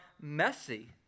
messy